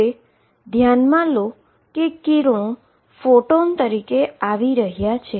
હવે ધ્યાનમાં લો લાઈટ રે ફોટોન તરીકે આવી રહ્યા છે